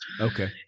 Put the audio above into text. Okay